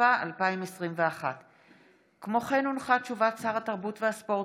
התשפ"א 2021. הודעת שר התרבות והספורט